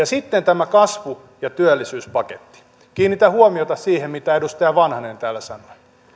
sitten tämä kasvu ja työllisyyspaketti kiinnitän huomiota siihen mitä edustaja vanhanen täällä sanoi